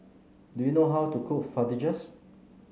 do you know how to cook Fajitas